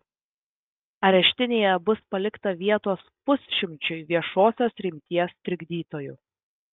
areštinėje bus palikta vietos pusšimčiui viešosios rimties trikdytojų